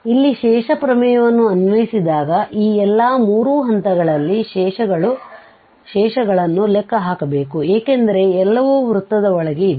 ಇಲ್ಲಿ ಶೇಷ ಪ್ರಮೇಯವನ್ನು ಅನ್ವಯಿಸಿದಾಗ ಈ ಎಲ್ಲಾ ಮೂರು ಹಂತಗಳಲ್ಲಿ ಶೇಷಗಳನ್ನು ಲೆಕ್ಕ ಹಾಕಬೇಕು ಏಕೆಂದರೆ ಎಲ್ಲವೂ ವೃತ್ತದ ಒಳಗೆ ಇವೆ